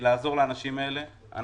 זאת אומרת, לאנשים האלה אין לאן לחזור.